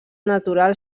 natural